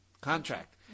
contract